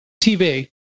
tv